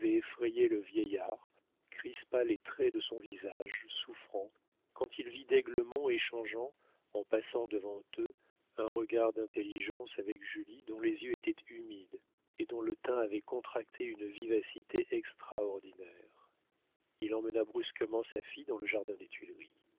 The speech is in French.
le vieillard crispa les traits de son visage souffrant quand il vit d'aiglemont échangeant en passant devant eux un regard d'intelligence avec julie dont les yeux étaient humides et dont le teint avait contracté une vivacité extraordinaire il emmena brusquement sa fille dans le jardin des tuileries